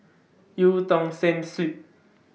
EU Tong Sen Street